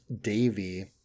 davy